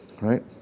right